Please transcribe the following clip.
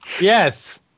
Yes